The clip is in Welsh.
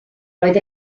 roedd